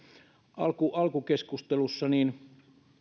alkukeskustelussa